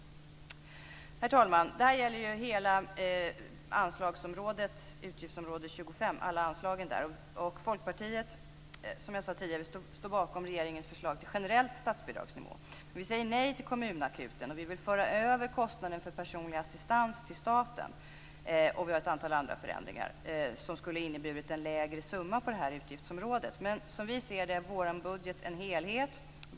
Herr talman! Det här gäller ju alla anslag på utgiftsområde 25. Som jag sade tidigare står Folkpartiet bakom regeringens förslag till generell statsbidragsnivå. Men vi säger nej till kommunakuten, och vi vill föra över kostnaden för personlig assistans till staten. Vi har ett antal andra förslag som skulle ha inneburit en lägre summa på det här utgiftsområdet. Men som vi ser det är vår budget en helhet.